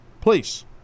please